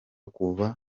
kuvuka